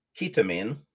ketamine